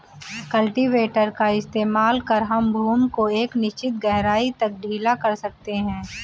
cultivator का इस्तेमाल कर हम भूमि को एक निश्चित गहराई तक ढीला कर सकते हैं